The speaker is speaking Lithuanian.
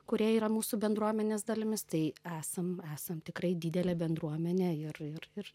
kurie yra mūsų bendruomenės dalimis tai esam esam tikrai didelė bendruomenė ir ir ir